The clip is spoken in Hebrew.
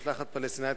משלחת פלסטינית,